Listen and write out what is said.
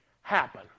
happen